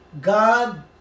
god